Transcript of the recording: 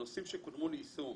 הנושאים שקודמו ליישום